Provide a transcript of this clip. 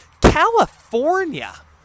California